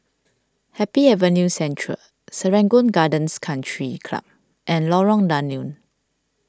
Happy Avenue Central Serangoon Gardens Country Club and Lorong Danau